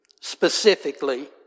specifically